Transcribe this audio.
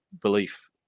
belief